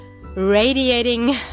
radiating